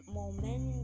moment